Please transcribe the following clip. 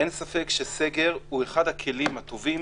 אין ספק שסגר הוא אחד הכלים הטובים